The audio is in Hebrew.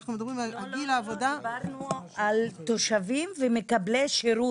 לא, דיברנו על תושבים ומקבלי שירות.